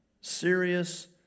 serious